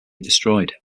destroyed